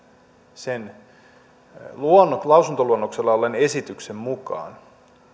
sen lausuntoluonnoksella olleen esityksen mukaan